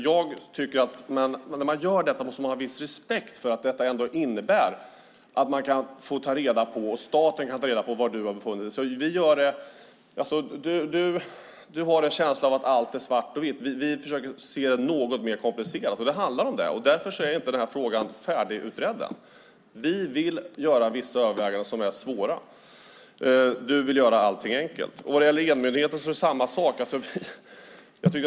Men när man gör det måste man ha en viss respekt för att detta ändå innebär att man, att staten, kan ta reda på var du har befunnit dig. Thomas Bodström, du har en känsla av att allt är svart och vitt. Vi försöker se det hela något mer komplicerat. Det handlar om det. Därför är frågan inte färdigutredd ännu. Vi vill göra vissa överväganden som är svåra. Du vill göra allting enkelt. Det är på samma sätt när det gäller enmyndigheten.